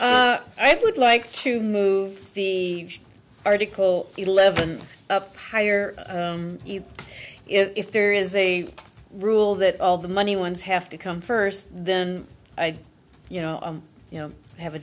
right i would like to move the article eleven up higher if there is a rule that all the money ones have to come first then you know you know i have a